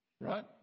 right